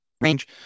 range